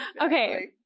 Okay